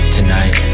Tonight